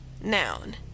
noun